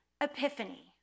epiphany